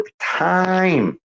time